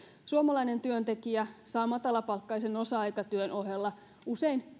suomalainen työntekijä jää matalapalkkaisessa osa aikatyössä usein